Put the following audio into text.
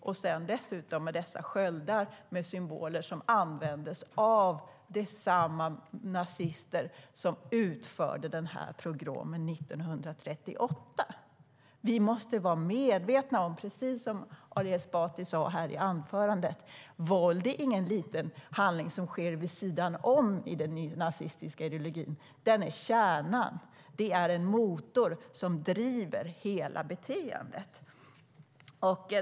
Dessutom har man dessa sköldar med symboler som användes av samma nazister som utförde pogromen 1938. Precis som Ali Esbati sade i anförandet måste vi vara medvetna om att våld inte är en liten handling som sker vid sidan av i den nazistiska ideologin. Den är kärnan, den är en motor som driver hela beteendet.